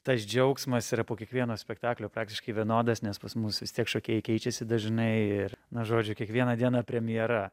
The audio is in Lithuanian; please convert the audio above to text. tas džiaugsmas yra po kiekvieno spektaklio praktiškai vienodas nes pas mus vis tiek šokėjai keičiasi dažnai ir na žodžiu kiekvieną dieną premjera